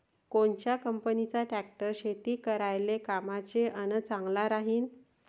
कोनच्या कंपनीचा ट्रॅक्टर शेती करायले कामाचे अन चांगला राहीनं?